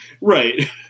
right